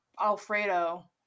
alfredo